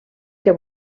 que